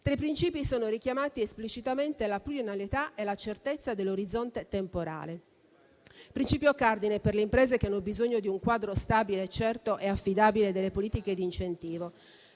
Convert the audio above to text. Tra i principi sono richiamati esplicitamente la pluriennalità e la certezza dell'orizzonte temporale, principio cardine per le imprese che hanno bisogno di un quadro stabile, certo e affidabile delle politiche di incentivo.